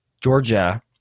Georgia